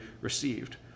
received